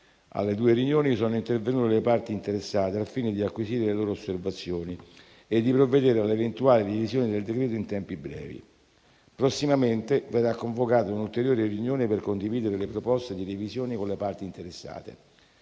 Alle due riunioni sono intervenute le parti interessate, al fine di acquisire le loro osservazioni e di provvedere alla eventuale revisione del decreto in tempi brevi. Prossimamente verrà convocata una ulteriore riunione per condividere le proposte di revisione con le parti interessate.